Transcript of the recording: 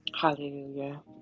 Hallelujah